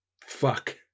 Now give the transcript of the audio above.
Fuck